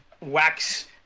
wax